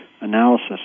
analysis